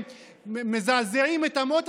שקוף.